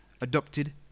adopted